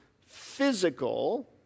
physical